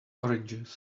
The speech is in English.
oranges